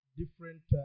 different